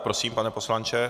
Prosím, pane poslanče.